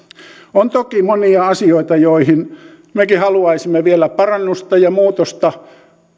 on toki monia asioita joihin mekin haluaisimme vielä parannusta ja muutosta